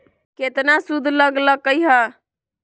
केतना सूद लग लक ह?